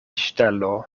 ŝtelo